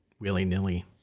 willy-nilly